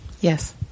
Yes